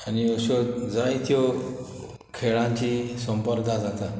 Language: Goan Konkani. आनी अश्यो जायत्यो खेळांची संपर्धा जाता